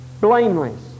Blameless